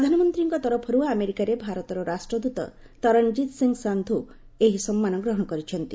ପ୍ରଧାନମନ୍ତ୍ରୀଙ୍କ ତରଫରୁ ଆମେରିକାରେ ଭାରତର ରାଷ୍ଟ୍ରଦୂତ ତରଣଜିତ ସିଂହ ସାନ୍ଧୁ ଏହି ସମ୍ମାନ ଗ୍ରହଣ କରିଛନ୍ତି